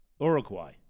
Uruguay